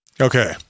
Okay